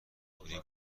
ابری